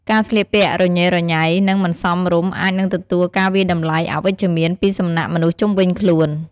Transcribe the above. ការស្លៀកពាក់រញ៉េរញ៉ៃ និង មិនសមរម្យអាចនឹងទទួលការវាយតម្លៃអវិជ្ជមានពីសំណាក់មនុស្សជុំវិញខ្លួន។